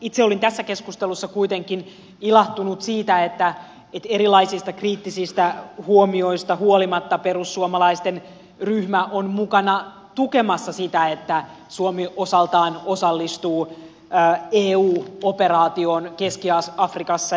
itse olin tässä keskustelussa kuitenkin ilahtunut siitä että erilaisista kriittisistä huomioista huolimatta perussuomalaisten ryhmä on mukana tukemassa sitä että suomi osaltaan osallistuu eu operaatioon keski afrikassa